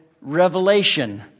revelation